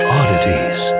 oddities